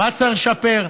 מה צריך לשפר,